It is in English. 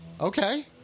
Okay